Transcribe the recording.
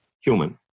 human